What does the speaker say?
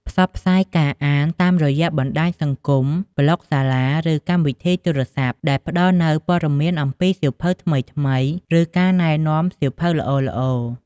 ផ្សព្វផ្សាយការអានតាមរយៈបណ្តាញសង្គម តាមសាលា ឬកម្មវិធីទូរស័ព្ទ ដែលផ្តល់នូវព័ត៌មានអំពីសៀវភៅថ្មីៗ ឬការណែនាំសៀវភៅល្អៗ។